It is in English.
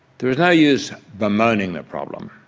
there is no use bemoaning the problem.